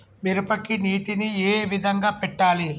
మిరపకి నీటిని ఏ విధంగా పెట్టాలి?